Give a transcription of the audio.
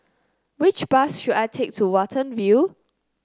which bus should I take to Watten View